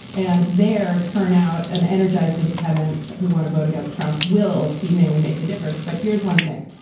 and there. turn out an energized independents who want to vote against trump will seemingly make the difference. but here's one thing.